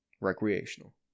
Recreational